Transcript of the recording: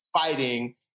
fighting